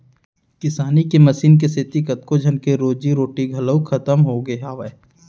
किसानी के मसीन के सेती कतको झन के रोजी रोटी घलौ खतम होगे हावय